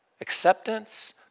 Acceptance